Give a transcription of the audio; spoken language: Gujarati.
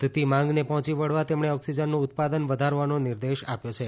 વધતી માંગને પહોંચી વળવા તેમણે ઓક્સિજનનું ઉત્પાદન વધારવાનો નિર્દેશ આપ્યો છે